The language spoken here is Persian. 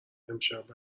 امشب